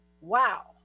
wow